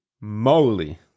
moly